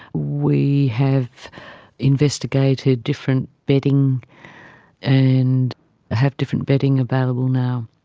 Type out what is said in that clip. we have investigated different bedding and have different bedding available now.